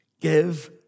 Give